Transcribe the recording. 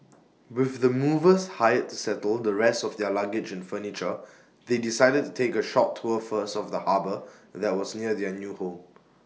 with the movers hired to settle the rest of their luggage and furniture they decided to take A short tour first of the harbour that was near their new home